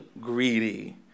greedy